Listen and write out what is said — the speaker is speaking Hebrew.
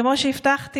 כמו שהבטחתי,